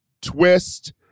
twist